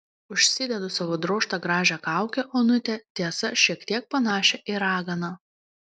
užsidedu savo drožtą gražią kaukę onutę tiesa šiek tiek panašią į raganą